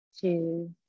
two